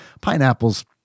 Pineapples